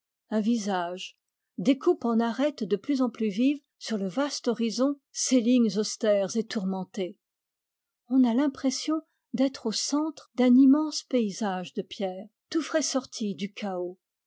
un visage découpe en arêtes de plus en plus vives sur le vaste horizon ses lignes austères et tourmentées on a l'impression d'être au centre d'un immense paysage de pierre tout frais sorti du chaos